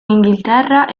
inghilterra